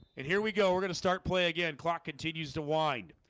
and here we go we're gonna start playing again clock continues to wind